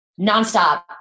nonstop